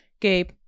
Gabe